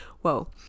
whoa